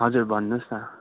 हजुर भन्नुहोस् न